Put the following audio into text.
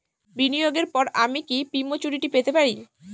বিনিয়োগের পর আমি কি প্রিম্যচুরিটি পেতে পারি?